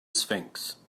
sphinx